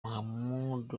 mahmoud